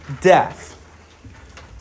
death